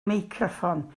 meicroffon